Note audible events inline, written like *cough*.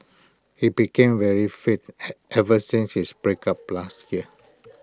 he became very fit *hesitation* ever since his breakup last year